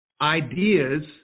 ideas